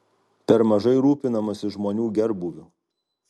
per mažai rūpinamasi žmonių gerbūviu